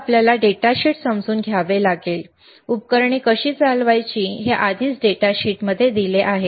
तर आपल्याला डेटाशीट समजून घ्यावे लागेल उपकरणे कशी चालवायची हे आधीच डेटा शीटमध्ये दिले आहे